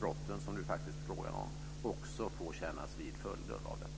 brott, som det faktiskt är fråga om, också får kännas vid följder av detta.